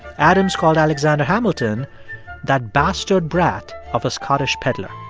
adams called alexander hamilton that bastard brat of a scottish peddler.